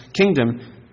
kingdom